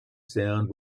sound